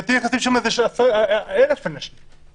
לדעתי נכנסים אליו אלף אנשים.